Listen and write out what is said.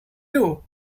you